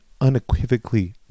unequivocally